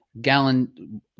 gallon